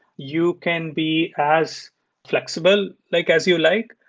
you can be as flexible like as you like.